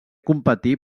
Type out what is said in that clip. competí